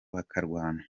bakarwana